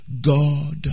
God